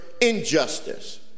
injustice